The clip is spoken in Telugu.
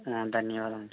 ధన్యవాదాలండీ